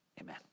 amen